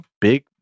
big